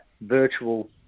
virtual